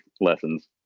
lessons